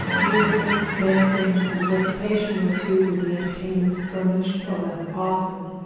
music, dancing and a recitation or two were the entertainments furnished, or rather, offered.